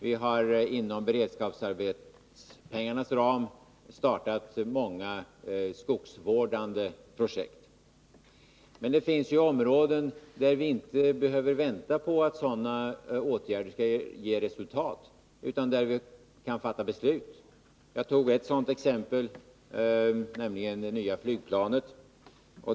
Vi har inom beredskapsarbetspengarnas ram startat många skogsvårdande projekt. Men det finns områden där vi inte behöver vänta på att sådana åtgärder skall ge resultat utan där vi kan fatta beslut. Jag tog ett sådant exempel, nämligen det nya flygplanet.